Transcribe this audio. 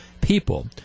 people